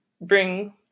bring